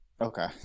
Okay